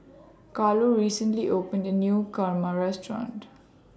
Carlo recently opened A New Kurma Restaurant